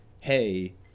hey